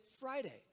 Friday